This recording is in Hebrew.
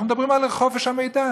אנחנו מדברים על חופש המידע,